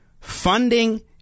funding